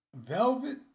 Velvet